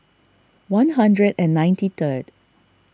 one hundred and ninety third